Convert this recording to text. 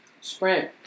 Sprint